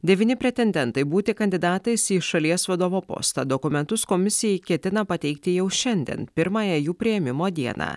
devyni pretendentai būti kandidatais į šalies vadovo postą dokumentus komisijai ketina pateikti jau šiandien pirmąją jų priėmimo dieną